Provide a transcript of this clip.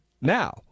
now